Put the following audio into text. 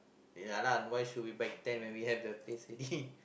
ya lah why should we back then when we have the place already